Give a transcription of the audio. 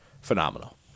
phenomenal